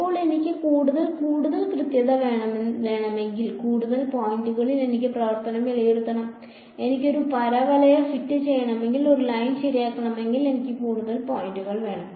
ഇപ്പോൾ എനിക്ക് കൂടുതൽ കൂടുതൽ കൃത്യത വേണമെങ്കിൽ കൂടുതൽ പോയിന്റുകളിൽ എന്റെ പ്രവർത്തനം വിലയിരുത്തണം എനിക്ക് ഒരു പരവലയ ഫിറ്റ് ചെയ്യണമെങ്കിൽ ഒരു ലൈൻ ശരിയാക്കണമെങ്കിൽ എനിക്ക് കൂടുതൽ പോയിന്റുകൾ വേണം